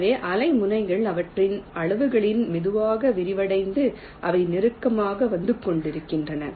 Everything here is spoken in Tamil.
எனவே அலை முனைகள் அவற்றின் அளவுகளில் மெதுவாக விரிவடைந்து அவை நெருக்கமாக வந்து கொண்டிருக்கின்றன